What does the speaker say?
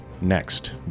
next